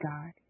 God